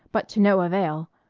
but to no avail.